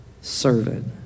servant